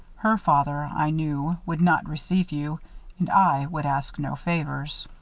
her father, i knew, would not receive you and i would ask no favors.